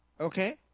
Okay